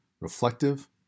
reflective